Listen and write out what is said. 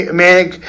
manic